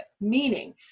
meaning